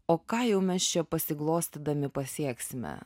o ką jau mes čia pasiglostydami pasieksime